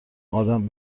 آدم